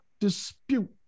dispute